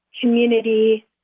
community